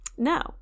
No